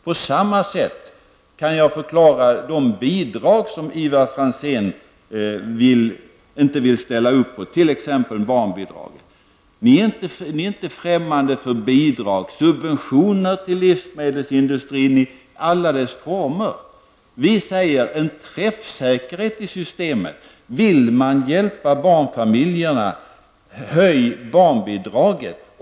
På samma sätt kan jag förklara de bidrag som Ivar Franzén inte vill ställa sig bakom, t.ex. barnbidragen. Centerpartiet är inte främmande för bidrag, t.ex. subventioner till livsmedelsindustrin i alla dess former. Folkpartiet vill att det skall vara en träffsäkerhet i systemet. Om man vill hjälpa barnfamiljerna skall man höja barnbidraget.